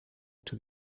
into